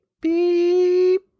beep